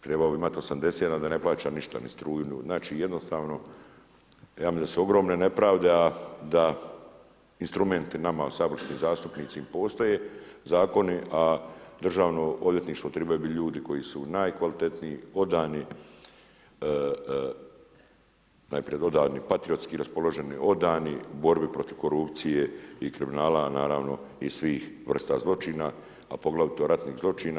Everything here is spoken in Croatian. Trebao bi imati 80 da ne plaća ništa, ni struju, ni … [[ne razumije se]] znači jednostavno ja mislim da su ogromne nepravde, a da instrumenti nama saborskim zastupnicima … [[ne razumije se]] postoje zakoni, a Državno odvjetništvo trebaju biti ljudi koji su najkvalitetniji, odani, najprije … [[ne razumije se]] patriotski raspoloženi, odani borbi protiv korupcije i kriminala, a naravno i svih vrsta zločina, a poglavito ratnih zločina.